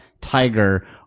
tiger